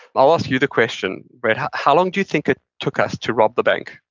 i'll ask you the question, brett. how how long do you think it took us to rob the bank,